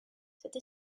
cette